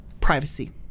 privacy